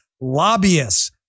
Lobbyists